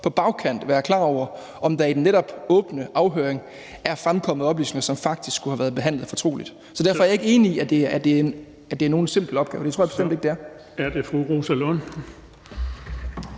på bagkant vil være klar over, om der i den åbne afhøring er fremkommet oplysninger, som faktisk skulle være have været behandlet fortroligt. Så derfor er jeg ikke enig i, at det er nogen simpel opgave, og det tror jeg bestemt ikke det er.